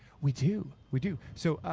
we do. we do. so,